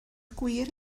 gwir